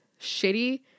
shitty